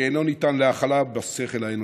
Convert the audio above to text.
שאינו ניתן להכלה בשכל האנושי.